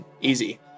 easy